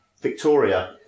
Victoria